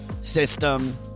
system